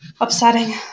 Upsetting